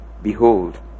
Behold